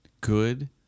good